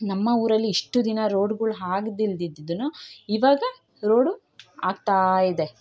ನಮ್ಮ ಊರಲ್ಲಿ ಇಷ್ಟು ದಿನ ರೋಡ್ಗಳು ಆಗ್ದಿಲ್ದಿದ್ದುದುನು ಇವಾಗ ರೋಡು ಆಗ್ತಾ ಇದೆ